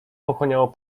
pochłaniało